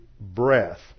breath